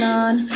on